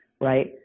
right